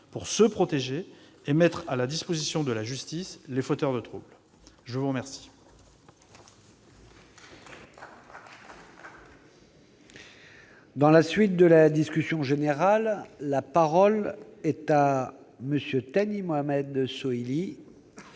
se protéger et mettre à la disposition de la justice les fauteurs de troubles ! La parole